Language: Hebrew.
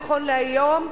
נכון להיום,